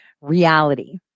reality